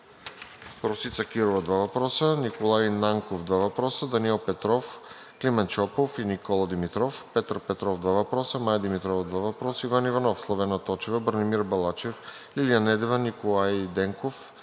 Росица Кирова – два въпроса; Николай Нанков – два въпроса; Даниел Петров; Климент Шопов и Никола Димитров; Петър Петров – два въпроса; Мая Димитрова – два въпроса; Иван Иванов; Славена Точева; Бранимир Балачев; Лилия Недева; Николай Денков;